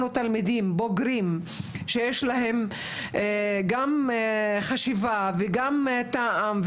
תלמידים בוגרים שיש להם גם חשיבה וגם טעם,